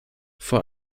vor